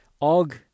Og